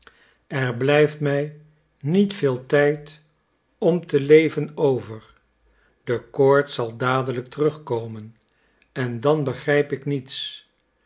er blijft mij niet veel tijd om te leven over de koorts zal dadelijk terugkomen en dan begrijp ik niets